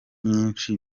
nyinshi